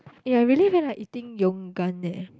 eh I really feel like eating Yoogane leh